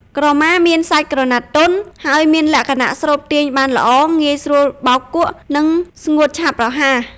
ក្រមាមានសាច់ក្រណាត់ទន់ ហើយមានលក្ខណៈស្រូបទាញបានល្អ ងាយស្រួលបោកគក់ និងស្ងួតឆាប់រហ័ស។